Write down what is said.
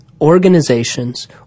organizations